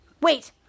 wait